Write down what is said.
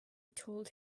told